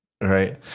Right